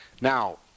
Now